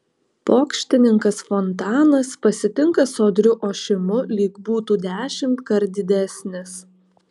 pokštininkas fontanas pasitinka sodriu ošimu lyg būtų dešimtkart didesnis